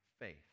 faith